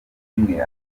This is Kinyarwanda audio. imwe